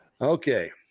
Okay